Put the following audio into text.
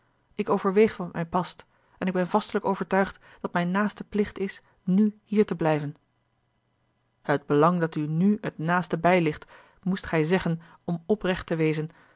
ik overweeg wat mij past en ik ben vastelijk overtuigd dat mijn naaste plicht is nù hier te blijven het belang dat u nù het naaste bijligt moest gij zeggen om oprecht te wezen